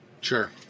sure